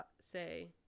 say